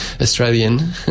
australian